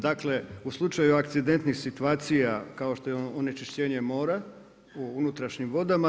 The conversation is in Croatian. Dakle, u slučaju akcidentnih situacija kao što je onečišćenje mora u unutrašnjim vodama.